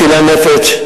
אצילי הנפש,